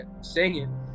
singing